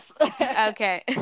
Okay